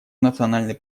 национальный